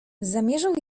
zamierzał